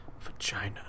vagina